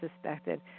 suspected